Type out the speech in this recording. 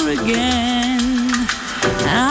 again